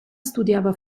studiava